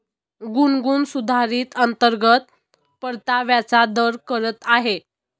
गुनगुन सुधारित अंतर्गत परताव्याचा दर करत आहे